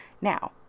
Now